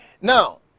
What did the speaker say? Now